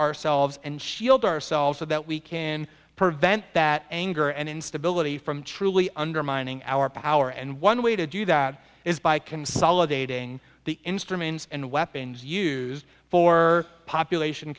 ourselves and shield ourselves so that we can prevent that anger and instability from truly undermining our power and one way to do that is by consolidating the instruments and weapons use for population